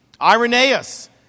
Irenaeus